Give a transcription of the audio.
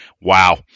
wow